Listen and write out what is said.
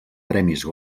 premis